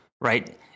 right